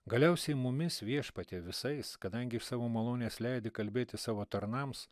galiausiai mumis viešpatie visais kadangi iš savo malonės leidi kalbėti savo tarnams